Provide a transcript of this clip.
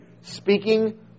Speaking